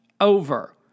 over